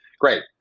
Great